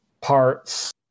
parts